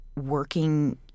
working